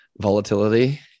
volatility